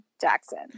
Jackson